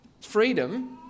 Freedom